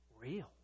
real